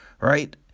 Right